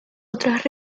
otros